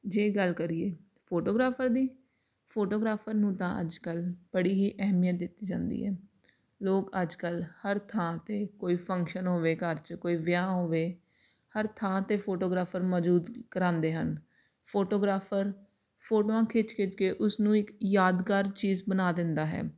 ਜੇ ਗੱਲ ਕਰੀਏ ਫੋਟੋਗ੍ਰਾਫਰ ਦੀ ਫੋਟੋਗ੍ਰਾਫਰ ਨੂੰ ਤਾਂ ਅੱਜ ਕੱਲ੍ਹ ਬੜੀ ਹੀ ਅਹਿਮੀਅਤ ਦਿੱਤੀ ਜਾਂਦੀ ਹੈ ਲੋਕ ਅੱਜ ਕੱਲ੍ਹ ਹਰ ਥਾਂ 'ਤੇ ਕੋਈ ਫੰਕਸ਼ਨ ਹੋਵੇ ਘਰ 'ਚ ਕੋਈ ਵਿਆਹ ਹੋਵੇ ਹਰ ਥਾਂ 'ਤੇ ਫੋਟੋਗ੍ਰਾਫਰ ਮੌਜੂਦ ਕਰਵਾਉਂਦੇ ਹਨ ਫੋਟੋਗ੍ਰਾਫਰ ਫੋਟੋਆਂ ਖਿੱਚ ਖਿੱਚ ਕੇ ਉਸ ਨੂੰ ਇੱਕ ਯਾਦਗਾਰ ਚੀਜ਼ ਬਣਾ ਦਿੰਦਾ ਹੈ